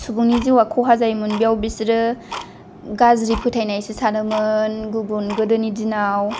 सुबुंनि जिउआ ख'हा जायोमोन बेयाव बिसोरो गाज्रि फोथायनायसो सानोमोन गुबुन गोदोनि दिनाव